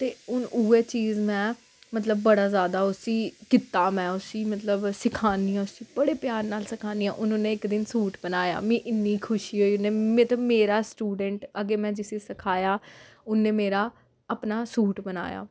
ते हून उ'ऐ चीज में मतलब बड़ा ज्यादा उसी कीता में उसी मतलब सखान्नी आं उसी बड़े प्यार नाल सखान्नी आं हून उन्नै इक दिन सूट बनाया मीं इन्नी खुशी होई उन्नै मतलब मेरा स्टूडेंट अग्गें में जिसी सखाया उन्नै मेरा अपना सूट बनाया